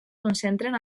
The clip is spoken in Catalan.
concentren